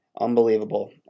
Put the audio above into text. Unbelievable